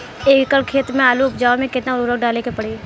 एक एकड़ खेत मे आलू उपजावे मे केतना उर्वरक डाले के पड़ी?